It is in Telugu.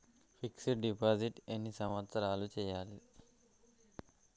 ఫిక్స్ డ్ డిపాజిట్ ఎన్ని సంవత్సరాలు చేయచ్చు?